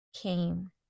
came